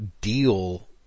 deal